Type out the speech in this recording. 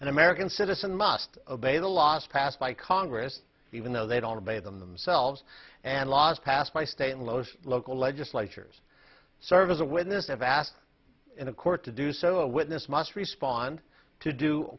an american citizen must obey the laws passed by congress even though they don't obey them themselves and laws passed by state laws local legislatures serve as a witness have asked in a court to do so a witness must respond to do